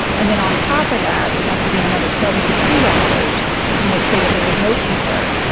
and then on top of that, it has to be another seventy two hours to make sure that there is no fever,